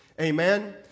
Amen